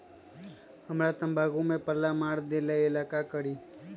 हमरा तंबाकू में पल्ला मार देलक ये ला का करी?